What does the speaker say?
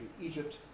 Egypt